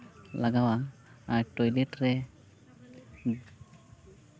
ᱞᱟᱜᱟᱣᱟ ᱟᱨ ᱴᱚᱭᱞᱮᱴ ᱨᱮ